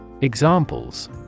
Examples